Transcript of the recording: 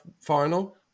final